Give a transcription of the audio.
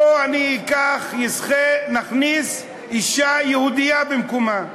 בוא ניקח ונכניס אישה יהודייה במקומה.